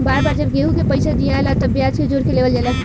बार बार जब केहू के पइसा दियाला तब ब्याज के जोड़ के लेवल जाला